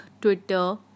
Twitter